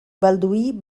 balduí